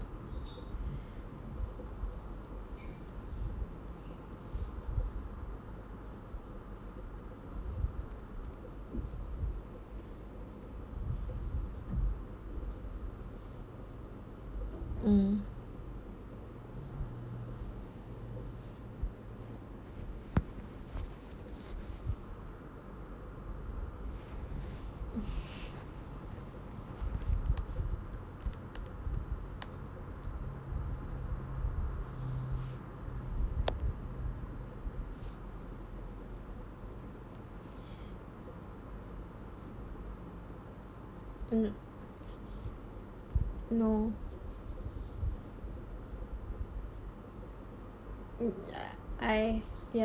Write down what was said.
mm ugh no mm ah I ya